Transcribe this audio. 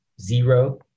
zero